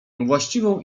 właściwą